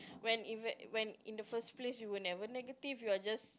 when in when when in the first place you were never negative you're just